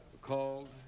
called